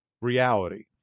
reality